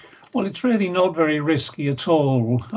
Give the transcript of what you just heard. well, it's really not very risky at all.